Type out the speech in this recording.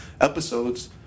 episodes